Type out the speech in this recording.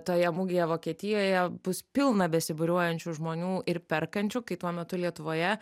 toje mugėje vokietijoje bus pilna besibūriuojančių žmonių ir perkančių kai tuo metu lietuvoje